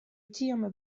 ĉiam